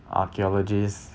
archaeologist